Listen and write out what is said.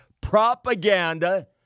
Propaganda